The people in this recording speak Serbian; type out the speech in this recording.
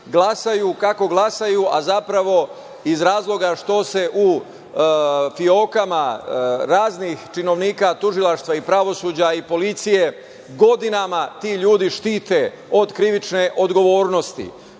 kako glasaju, a zapravo iz razloga što se u fiokama raznih činovnika tužilaštva i pravosuđa i policije godinama ti ljudi štite od krivične odgovornosti.